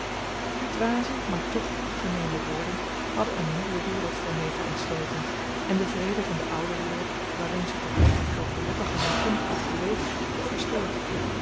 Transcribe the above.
die dwaze maar toch goed gemeende woorden hadden een nieuwe wereld voor meta ontsloten en den vrede van de oude wereld waarin ze tot nu toe zoo gelukkig als een kind had geleefd verstoord